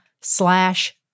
slash